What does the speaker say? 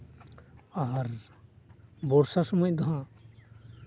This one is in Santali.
ᱟᱨ ᱵᱚᱨᱥᱟ ᱥᱚᱢᱚᱭ ᱫᱚ ᱦᱟᱸᱜ